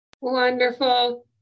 Wonderful